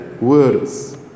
words